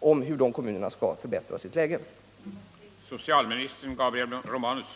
uppenbart saknas, och diskutera hur dessa kommuner skall förbättra sitt läge på området.